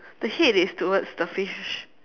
the head is towards the fish